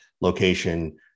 location